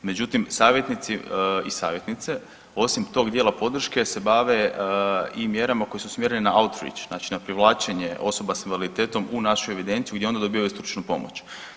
Međutim, savjetnici i savjetnice osim tog dijela podrške se bave i mjerama koje su usmjerene na … [[Govornik se ne razumije]] , znači na privlačenje osoba s invaliditetom u našu evidenciju gdje one dobivaju stručnu pomoć.